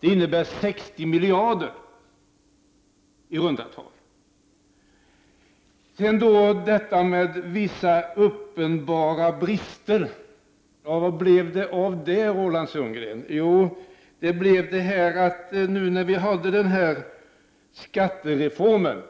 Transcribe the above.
Det innebär 60 miljarder, i runda tal. Sedan detta med vissa uppenbara brister. Ja, vad blev av det, Roland Sundgren? Jo, nu när vi är på väg att genomföra en skattereform,